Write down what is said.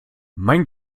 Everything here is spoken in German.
mein